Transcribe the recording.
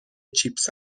چیپس